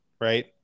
right